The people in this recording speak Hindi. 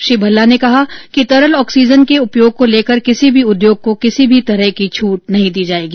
श्री भल्ला ने कहा कि तरल ऑक्सीजन के उपयोग को लेकर किसी भी उद्योग को किसी भी तरह की छूट नहीं दी जाएगी